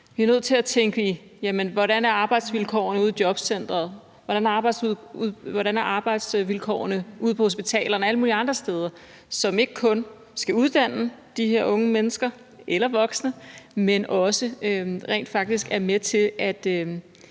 Vi er nødt til at tænke på, hvordan arbejdsvilkårene er ude i jobcenteret, og hvordan arbejdsvilkårene er ude på hospitalerne og alle mulige andre steder. Det er steder, som ikke kun skal uddanne de her unge mennesker eller voksne, men også rent faktisk er med til at